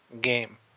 game